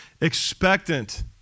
expectant